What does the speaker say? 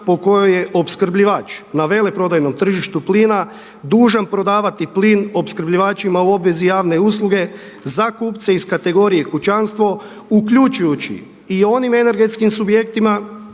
po kojoj je opskrbljivač na veleprodajnom tržištu plina dužan prodavati plin opskrbljivačima u obvezi javne usluge za kupce iz kategorije kućanstvo uključujući i onim energentskim subjektima,